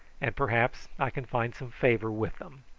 and perhaps i can find some favour with them.